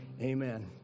amen